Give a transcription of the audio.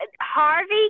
Harvey